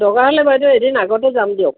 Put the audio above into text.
দৰকাৰ হ'লে বাইদেউ এদিন আগতে যাম দিয়ক